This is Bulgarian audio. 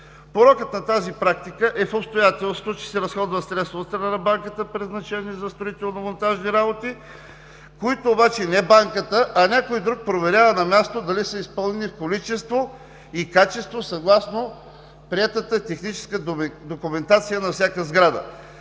Порокът на тази практика е в обстоятелството, че се разходват средства от страна на Банката, предназначени за строително-монтажни работи, които обаче не Банката, а някой друг проверява на място, дали са изпълнени в количество и качество, съгласно приетата техническа документация на всяка сграда.